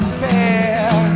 fair